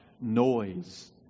noise